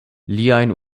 liajn